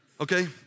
Okay